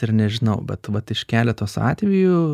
ir nežinau bet vat iš keletos atėvijų